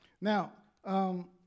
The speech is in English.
Now